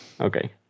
okay